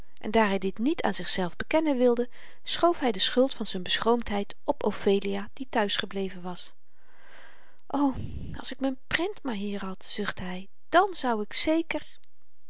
en daar hy dit niet aan zichzelf bekennen wilde schoof hy de schuld van z'n beschroomdheid op ophelia die thuis gebleven was o als ik m'n prent maar hier had zuchtte hy dan zou ik zeker